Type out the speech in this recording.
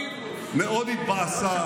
מאוד התבאסה.